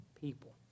people